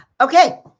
Okay